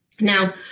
Now